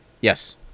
Yes